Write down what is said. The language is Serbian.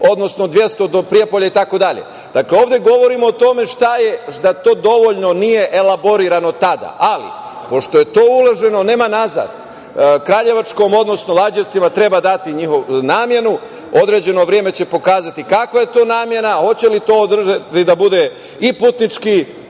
odnosno 200 do Prijepolja i tako dalje. Dakle, ovde govorimo o tome da to dovoljno nije elaborirano tada. Ali, pošto je u to uloženo, nema nazad, Kraljevu, odnosno Lađevcima treba dati njihovu namenu, određeno vreme će pokazati kakva je to namena, hoće li to državi da bude i putnički